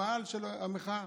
במאהל המחאה,